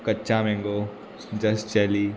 कच्चा मँगो जस जॅली